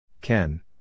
Ken